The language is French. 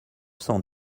cent